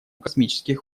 космических